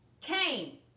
Cain